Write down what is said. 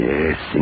Yes